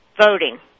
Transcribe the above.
Voting